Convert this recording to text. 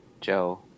Joe